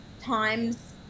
times